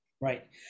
Right